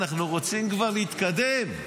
אנחנו רוצים כבר להתקדם.